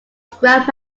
scrap